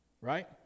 right